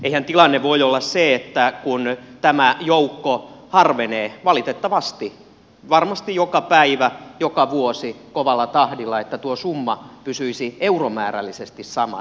eihän tilanne voi olla se että kun tämä joukko harvenee valitettavasti varmasti joka päivä joka vuosi kovalla tahdilla niin tuo summa pysyisi euromääräisesti samana